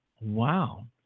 Wow